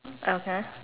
okay